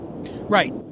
Right